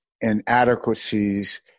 inadequacies